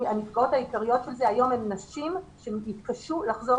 הנפגעות העיקריות מזה היום הן נשים שיתקשו לחזור